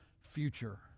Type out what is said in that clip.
future